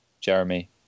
Jeremy